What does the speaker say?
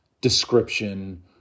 description